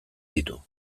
ditu